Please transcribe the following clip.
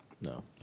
no